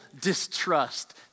distrust